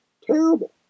terrible